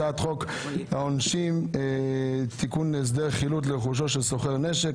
הצעת חוק העונשין (תיקון הסדר חילוט לרכושו של סוחר נשק),